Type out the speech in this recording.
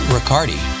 Riccardi